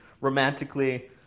romantically